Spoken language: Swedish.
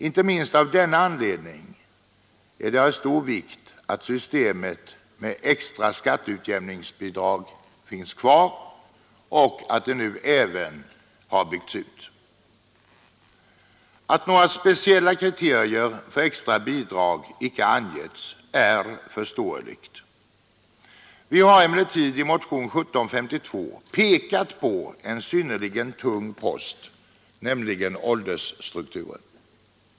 Inte minst av denna anledning är det av stor vikt att systemet med extra skatteutjämningsbidrag finns kvar och att det nu även har byggts ut. Att några speciella kriterier för extra bidrag inte angivits är förståeligt. Vi har emellertid i motionen 1752 pekat på en synnerligen viktig faktor för en kommuns ekonomi, nämligen åldersstrukturen.